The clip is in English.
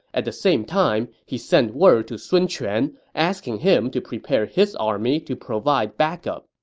at the same time, he sent word to sun quan, asking him to prepare his army to provide backup.